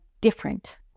different